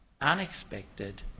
unexpected